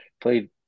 Played